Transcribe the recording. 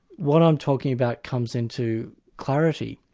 what i'm talking about comes into clarity,